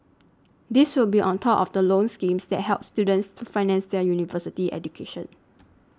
these will be on top of the loan schemes that help students to finance their university education